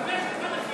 חבר שלכם לסיעה פורש.